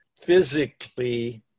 physically